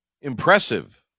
impressive